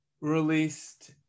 released